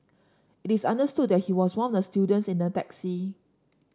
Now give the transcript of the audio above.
it is understood that he was one of the students in the taxi